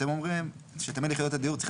אתם אומרים שתמהיל יחידות הדיור צריך